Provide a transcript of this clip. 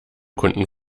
kunden